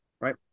right